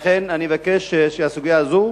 לכן אני מבקש שהסוגיה הזו